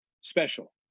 special